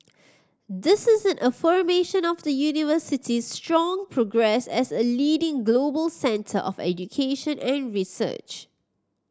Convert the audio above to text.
this is affirmation of the University's strong progress as a leading global centre of education and research